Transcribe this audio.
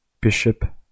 bishop